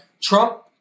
Trump